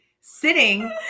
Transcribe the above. sitting